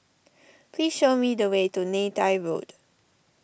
please show me the way to Neythai Road